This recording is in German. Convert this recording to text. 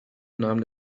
nahm